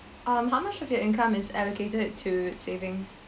um how much of your income is allocated to savings